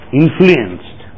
influenced